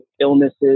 illnesses